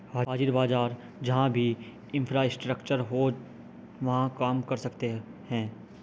हाजिर बाजार जहां भी इंफ्रास्ट्रक्चर हो वहां काम कर सकते हैं